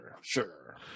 Sure